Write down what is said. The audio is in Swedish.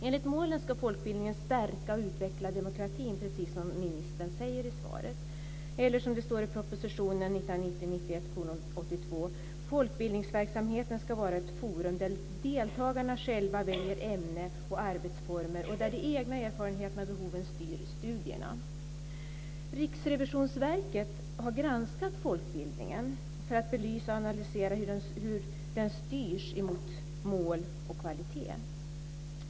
Enligt målen ska folkbildningen stärka och utveckla demokratin, precis som ministern säger i svaret. Det står i proposition 1990/91:82: "Folkbildningsverksamheten skall vara ett forum där deltagarna själva väljer ämne och arbetsformer och där de egna erfarenheterna och behoven styr studierna." Riksrevisionsverket har granskat folkbildningen för att belysa och analysera hur den styrs mot mål och kvalitet.